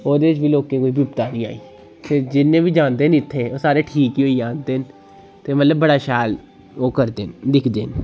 ओह्दे च बी लोकें गी कोई बिपता नी आई ते जिन्ने बी जांदे न इत्थें ओह् सारे ठीक ही होइयै आंदे न ते मतलब बड़ा शैल ओह् करदे न दिखदे न